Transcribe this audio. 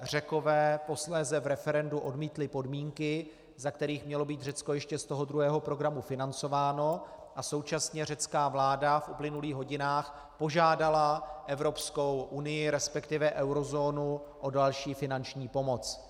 Řekové posléze v referendu odmítli podmínky, za kterých mělo být Řecko ještě z toho druhého programu financováno, a současně řecká vláda v uplynulých hodinách požádala Evropskou unii, resp. eurozónu, o další finanční pomoc.